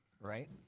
right